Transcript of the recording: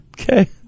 Okay